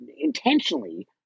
intentionally